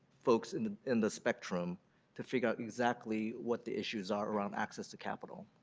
folks in the in the spectrum to figure out exactly what the issues are around access to capital.